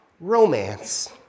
romance